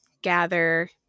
gather